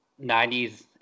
90s